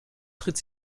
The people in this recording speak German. tritt